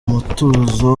umutuzo